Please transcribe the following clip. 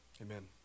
Amen